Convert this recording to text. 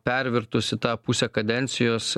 pervirtus į tą pusę kadencijos